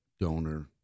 donor